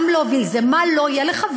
גם להוביל מה שלא יהיה לך,